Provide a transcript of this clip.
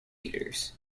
eaters